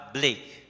Blake